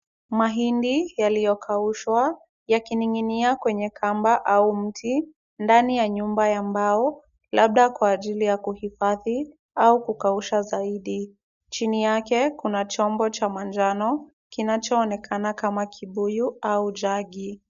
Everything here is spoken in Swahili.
Mahindi yaliyokaushwa yakining'inia kwenye kamba au mti, ndani ya nyumba ya mbao, labda kwa ajili ya kuhifadhi au kukausha zaidi. Chini yake kuna chombo cha manjano, kinachoonekana kama kibuyu au jagi.